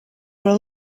were